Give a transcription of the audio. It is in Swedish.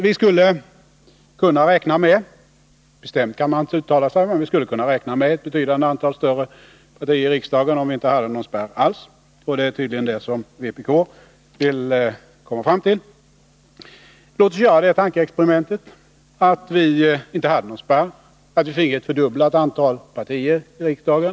Vi skulle kunna räkna med — bestämt kan man inte uttala sig — ett betydande antal partier i riksdagen om vi inte hade någon spärr alls, och det är tydligen det som vpk vill komma fram till. Låt oss göra tankeexperimentet att vi inte hade någon spärr och att vi fick ett fördubblat antal partier i riksdagen.